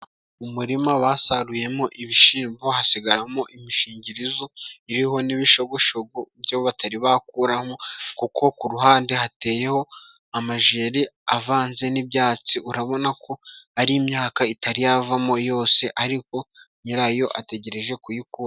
Umurima basaruyemo ibishimbo hasigaramo imishingirizo iriho n'ibishoshogo byo batari bakuramo, kuko ku ruhande hateyeho amajeri avanze n'ibyatsi, urabona ko ari imyaka itari yavamo yose, ariko nyirayo ategereje kuyikuramo.